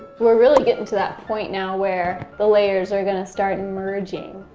we're really getting to that point now where the layers are going to start and merging.